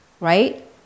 right